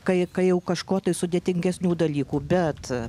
kai kai jau kažko tai sudėtingesnių dalykų bet